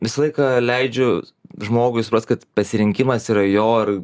visą laiką leidžiu žmogui suprast kad pasirinkimas yra jo ir